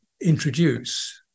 introduce